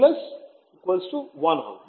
1 হবে